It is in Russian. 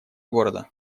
города